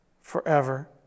forever